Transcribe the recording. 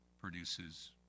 produces